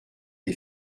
les